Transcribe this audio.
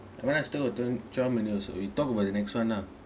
that one I still don't and also we talk about the next one lah